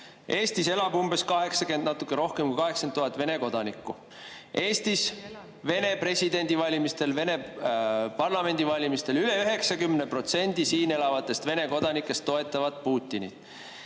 Eestis elab natuke rohkem kui 80 000 Vene kodanikku. Vene presidendivalimistel, Vene parlamendivalimistel üle 90% siin elavatest Vene kodanikest toetavad Putinit.